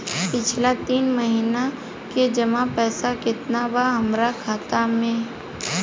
पिछला तीन महीना के जमा पैसा केतना बा हमरा खाता मे?